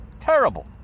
terrible